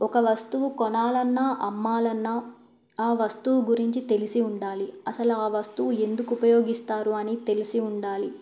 ఒక వస్తువు కొనాలన్నా అమ్మాలన్నా ఆ వస్తువు గురించి తెలిసి ఉండాలి అసలు ఆ వస్తువు ఎందుకు ఉపయోగిస్తారు అని తెలిసి ఉండాలి